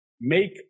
Make